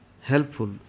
helpful